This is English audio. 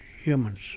humans